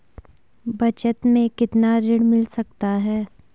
बचत मैं कितना ऋण मिल सकता है?